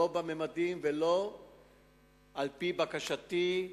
אבל לא בממדים ולא על-פי בקשתי,